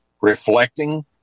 reflecting